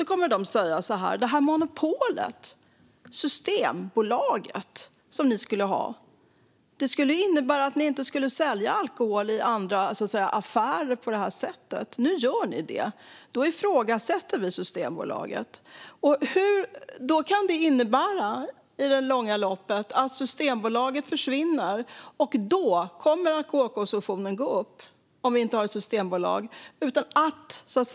EU kommer att säga: "Det här monopolet ni skulle ha, Systembolaget, skulle ju innebära att ni inte skulle sälja alkohol i andra affärer. Nu gör ni det. Då ifrågasätter vi Systembolaget." I det långa loppet kan det innebära att Systembolaget försvinner. Om vi inte har Systembolaget kommer alkoholkonsumtionen att gå upp.